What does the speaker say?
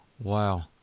Wow